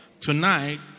tonight